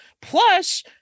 plus